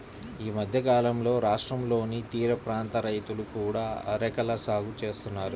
ఈ మధ్యకాలంలో రాష్ట్రంలోని తీరప్రాంత రైతులు కూడా అరెకల సాగు చేస్తున్నారు